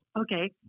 Okay